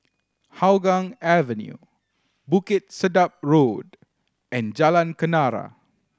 Hougang Avenue Bukit Sedap Road and Jalan Kenarah